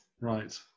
Right